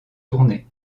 tournée